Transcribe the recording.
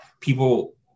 people